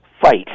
fight